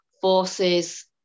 forces